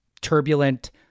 turbulent